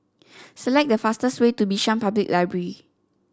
select the fastest way to Bishan Public Library